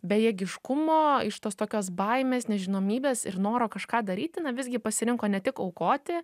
bejėgiškumo iš tos tokios baimės nežinomybės ir noro kažką daryti na visgi pasirinko ne tik aukoti